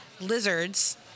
lizards